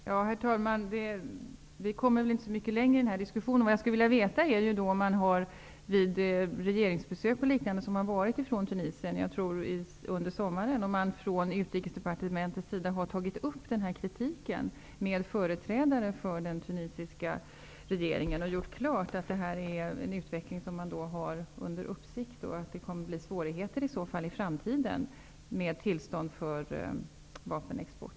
Herr talman! Vi kommer väl inte så mycket längre i denna diskussion. Vad jag skulle vilja veta är om man bl.a. vid regeringsbesök i Tunisien under sommaren från utrikesdepartementets sida har tagit upp denna kritik med företrädare för den tunisiska regeringen och gjort klart att man har utvecklingen under uppsikt och att det i framtiden blir svårigheter med tillstånd för vapenexport.